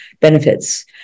benefits